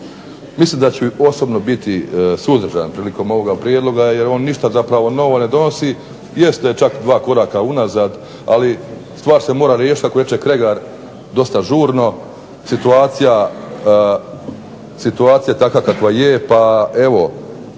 Mislim da ću osobno biti suzdržan prilikom ovoga prijedloga jer on zapravo ništa nova ne donosi, jeste čak dva koraka unazad ali stvar se mora riješiti kako reče Kregar dosta žurno, situacija je takva kakva je pa evo